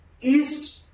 East